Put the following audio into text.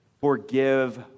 forgive